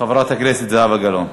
חברת הכנסת זהבה גלאון.